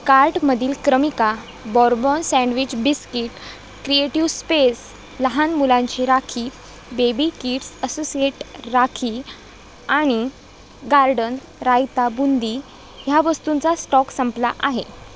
कार्टमधील क्रमिका bourbon sandwich biscuit creative space लहान मुलांची Rakhi baby kids associate Rakhi आणि गार्डन रायता बुंदी ह्या वस्तूंचा स्टॉक संपला आहे